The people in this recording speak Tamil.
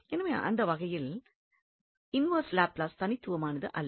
எனவே அந்த வகையில் இன்வெர்ஸ் லாப்லஸ் தனித்துவமானது அல்ல